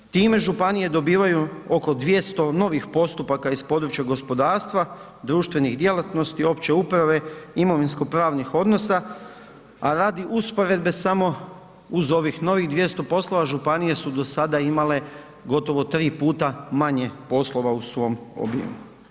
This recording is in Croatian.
Time županije dobivaju oko 200 novih postupaka iz područja gospodarstva, društvenih djelatnosti, opće uprave, imovinsko pravnih odnosa, a radi usporedbe samo uz ovih novih 200 poslova, županije su do sada imale gotovo 3 puta manje poslova u svom obimu.